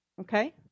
Okay